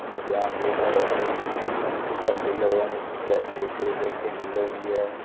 बाकी आम जेही साढ़े इत्थें भट्ठे बी लगदे न रियासी डिस्ट्रिक्ट बिच्च भिंडी बी लगदी ऐ